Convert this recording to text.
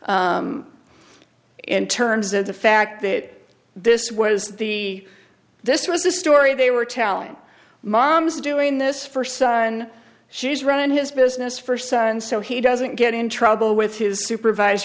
do in terms of the fact that this was the this was the story they were telling mom's doing this for son she's run his business for son so he doesn't get in trouble with his supervise